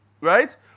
right